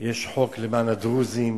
יש חוק למען הדרוזים,